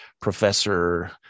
professor